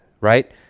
right